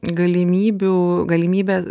galimybių galimybės